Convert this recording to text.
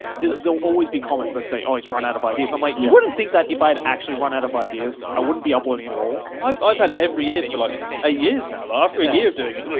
there'll always be comments that say, oh, he's run out of ideas. i'm like, you wouldn't think that if i had actually run out of ideas. i wouldn't be uploading at all. i've i've had it every year for like eight years now. after a year of doing it,